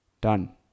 done